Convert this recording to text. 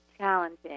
challenging